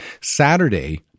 Saturday